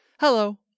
Hello